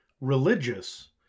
religious